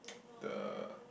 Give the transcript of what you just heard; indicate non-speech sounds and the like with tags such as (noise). (noise) the